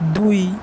দুই